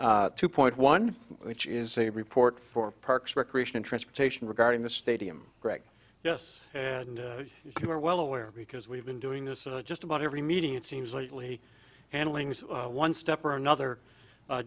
e two point one which is a report for parks recreation and transportation regarding the stadium greg yes you are well aware because we've been doing this just about every meeting it seems lately handlings one step or another